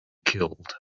killed